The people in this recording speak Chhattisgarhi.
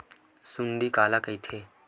सुंडी काला कइथे?